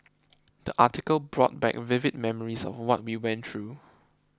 the article brought back vivid memories of what we went through